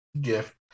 gift